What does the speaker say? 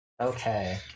Okay